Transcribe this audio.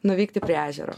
nuvykti prie ežero